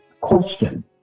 question